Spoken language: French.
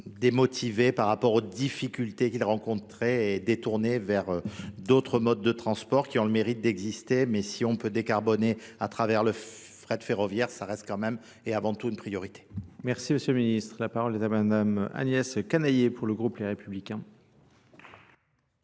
démotivés par rapport aux difficultés qu'ils rencontraient et détournés vers d'autres modes de transport qui ont le mérite d'exister mais si on peut décarboner à travers le frais de ferroviaire ça reste quand même et avant tout une priorité. Merci monsieur le ministre. La parole est à madame Agnès Canaillet pour le groupe Les Républicains.